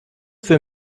für